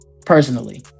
personally